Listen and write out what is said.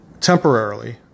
temporarily